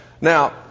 Now